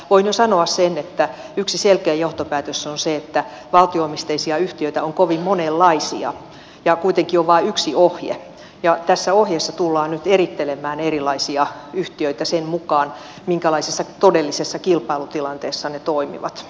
voin jo sanoa sen että yksi selkeä johtopäätös on se että valtio omisteisia yhtiöitä on kovin monenlaisia ja kuitenkin on vain yksi ohje ja tässä ohjeessa tullaan nyt erittelemään erilaisia yhtiöitä sen mukaan minkälaisessa todellisessa kilpailutilanteessa ne toimivat